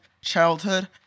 childhood